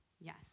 Yes